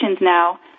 now